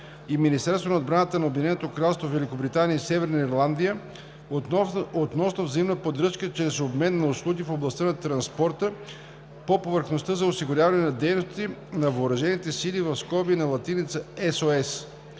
и Министерството на отбраната на Обединеното кралство Великобритания и Северна Ирландия относно взаимна поддръжка чрез обмен на услуги в областта на транспорта по повърхността за осигуряване на дейности на въоръжените сили (SEOS), № 802-02-3,